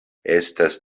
estas